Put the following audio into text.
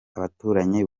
abaturanyi